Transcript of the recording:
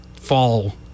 fall